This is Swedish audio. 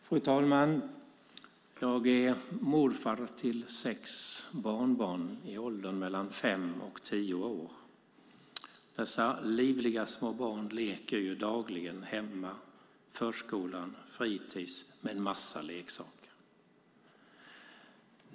Fru talman! Jag är morfar till sex barnbarn i åldern mellan fem och tio år. Dessa livliga små barn leker dagligen hemma, på förskolan och på fritis med en massa leksaker.